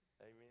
Amen